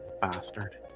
Bastard